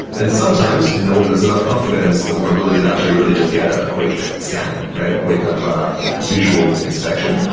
and sometimes, you know when there's enough confidence, the vulnerability actually really just get a a quick scan, right? a quick kind of ah visual inspection.